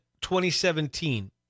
2017